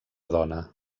dona